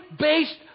based